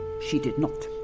she did not!